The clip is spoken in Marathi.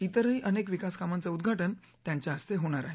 इतरही अनेक विकासकामांचं उद्घाटन त्यांच्या हस्ते होणार आहे